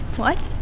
what?